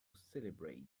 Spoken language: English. celebrate